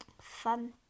Fun